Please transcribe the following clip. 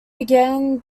began